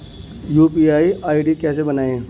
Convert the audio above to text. UPI ID कैसे बनाएं?